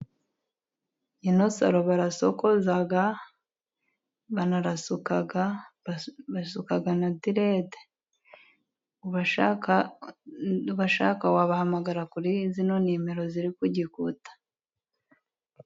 Muri saro barasokoza, barasuka, bagasuka na derede ubashaka wabahamagara kurizi nimero ziri kugikuta.